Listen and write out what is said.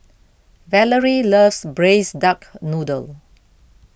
Valorie loves Braised Duck Noodle